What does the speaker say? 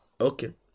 Okay